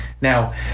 Now